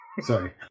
Sorry